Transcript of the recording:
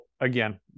again